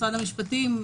משרד המשפטים,